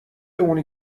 اونی